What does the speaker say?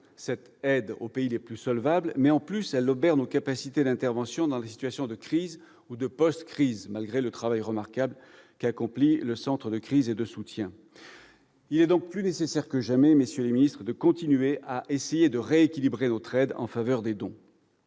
cette aide vers les pays les plus solvables, mais elle obère nos capacités d'intervention dans les situations de crise ou de post-crise, malgré le travail remarquable accompli par le centre de crise et de soutien. Il est donc plus nécessaire que jamais, monsieur le ministre, monsieur le secrétaire d'État, de continuer à essayer de rééquilibrer notre aide en faveur des dons.